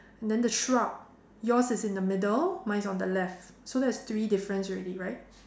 and then the shrub yours is in the middle mine is on the left so that's three difference already right